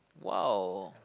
!wow!